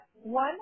one